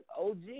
OG